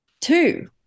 Two